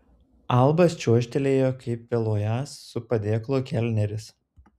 albas čiuožtelėjo kaip vėluojąs su padėklu kelneris